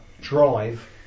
drive